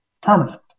permanent